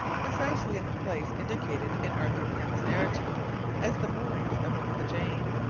precisely in the place indicated in arthur pym's narrative as the moorings of the jane.